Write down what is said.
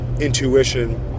intuition